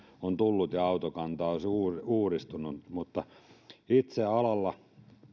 on tullut ja autokanta on uudistunut olen itse alalla